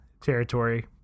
territory